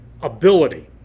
ability